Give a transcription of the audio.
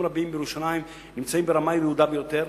רבים בירושלים הם ברמה ירודה ביותר.